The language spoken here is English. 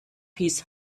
his